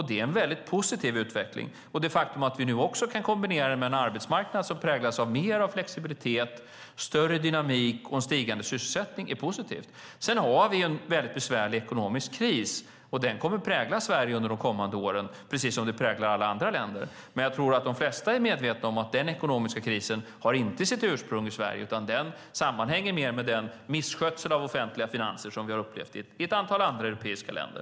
Det är en väldigt positiv utveckling. Det faktum att vi nu också kan kombinera det med en arbetsmarknad som präglas av mer av flexibilitet, större dynamik och en stigande sysselsättning är positivt. Sedan har vi en väldigt besvärlig ekonomisk kris, och den kommer att prägla Sverige under de kommande åren, precis som den präglar alla andra länder. Men jag tror att de flesta är medvetna om att den ekonomiska krisen inte har sitt ursprung i Sverige, utan den sammanhänger mer med den misskötsel av offentliga finanser som vi har upplevt i ett antal andra europeiska länder.